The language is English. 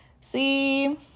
see